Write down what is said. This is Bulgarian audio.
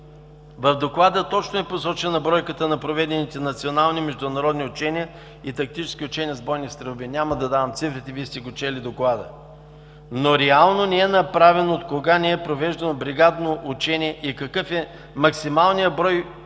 В доклада точно е посочена бройката на проведените национални международни учения и тактически учения с бойни стрелби. Няма да давам цифрите, Вие сте чели доклада. Реално не е направено откога не е провеждано бригадно учение и какъв е максималният брой